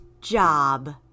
job